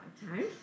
time